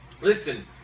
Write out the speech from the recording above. Listen